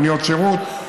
מוניות שירות,